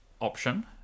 option